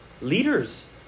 leaders